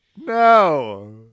No